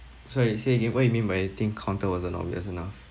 sorry say again what you mean by I think counter wasn't obvious enough